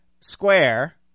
square